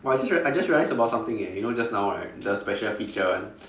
I just I just realised about something eh you know just now right the special feature one